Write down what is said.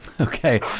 Okay